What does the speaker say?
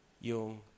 yung